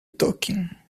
talking